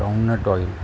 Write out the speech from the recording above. brown nut oil